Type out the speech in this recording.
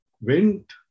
went